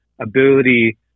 ability